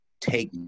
take